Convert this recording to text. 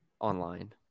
online